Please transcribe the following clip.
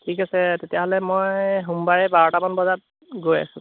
ঠিক আছে তেতিয়াহ'লে মই সোমবাৰে বাৰটামান বজাত গৈ আছোঁ